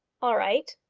all right,